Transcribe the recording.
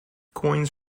coins